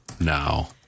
now